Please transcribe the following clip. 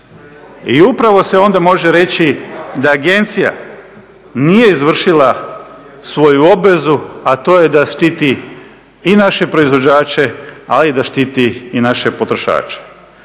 i upravo se onda može reći da agencija nije izvršila svoju obvezu, a to je da štiti i naše proizvođače ali i da štiti i naše potrošače.